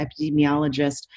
epidemiologist